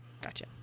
Gotcha